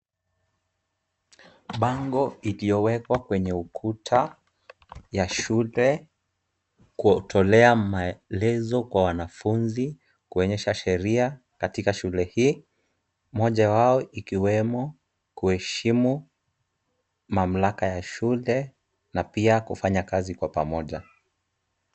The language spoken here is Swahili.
Bango iliyowekwa kwenye ukuta wa shule, kutolea maelezo kwa wanafunzi, kuonyesha sheria katika shule hii. Moja wao ikiwemo, kuheshimu mamlaka ya shule na pia kufanya kazi kwa pamoja.